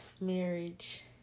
marriage